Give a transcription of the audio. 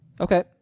Okay